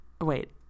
Wait